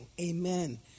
Amen